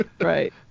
Right